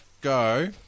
go